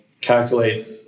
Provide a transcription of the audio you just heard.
calculate